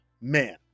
Man